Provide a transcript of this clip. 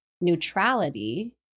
neutrality